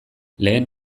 lehen